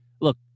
Look